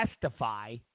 testify